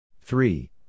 Three